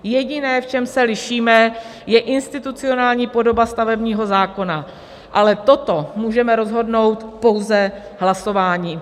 Jediné, v čem se lišíme, je institucionální podoba stavebního zákona, ale toto můžeme rozhodnout pouze hlasováním.